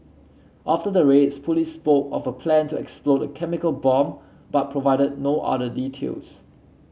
after the raids police spoke of a plan to explode a chemical bomb but provided no other details